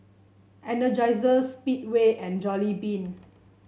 Energizer Speedway and Jollibean